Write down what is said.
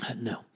No